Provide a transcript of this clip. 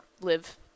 live